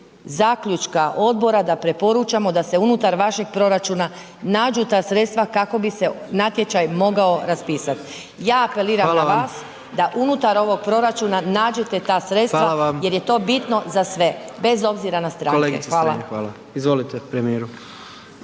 Zaključka odbora da preporučamo da se unutar vašeg proračuna nađu ta sredstva kako bi se natječaj mogao raspisati. Ja apeliram na vas .../Upadica: Hvala vam./... da unutar ovog proračuna nađete ta sredstva .../Upadica: Hvala vam./... jer je to bitno za sve, bez obzira na stanke. Hvala.